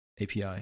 API